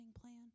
plan